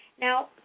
Now